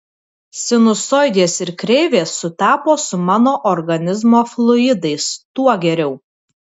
sinusoidės ir kreivės sutapo su mano organizmo fluidais tuo geriau